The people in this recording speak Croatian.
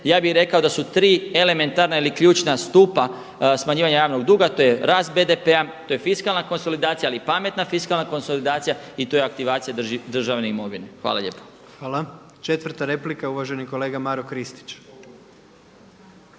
Ja bih rekao da su tri elementarna ili ključna stupa smanjivanja javnog duga, to je rast BDP-a, to je fiskalna konsolidacija ali pametna fiskalna konsolidacija i to je aktivacija državne imovine. Hvala lijepa. **Jandroković, Gordan (HDZ)** Četvrta replika uvaženi kolega Maro Kristić.